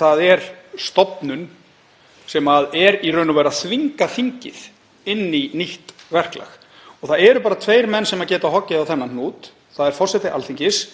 það er stofnun sem er í raun og veru að þvinga þingið inn í nýtt verklag. Það eru bara tveir menn sem geta hoggið á þennan hnút. Það er forseti Alþingis